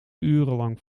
urenlang